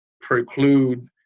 preclude